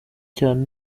cyane